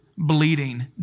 Bleeding